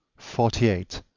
forty eight.